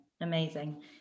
amazing